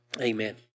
Amen